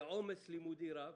בעומס לימודי רב,